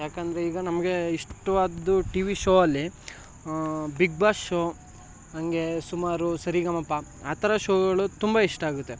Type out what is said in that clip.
ಏಕೆಂದರೆ ಈಗ ನಮಗೆ ಇಷ್ಟವಾದ್ದು ಟಿವಿ ಶೋ ಅಲ್ಲಿ ಬಿಗ್ ಬಾಸ್ ಶೋ ಹಂಗೆ ಸುಮಾರು ಸ ರಿ ಗ ಮ ಪ ಆ ಥರ ಶೋಗಳು ತುಂಬ ಇಷ್ಟ ಆಗುತ್ತೆ